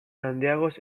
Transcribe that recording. handiagoz